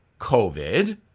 COVID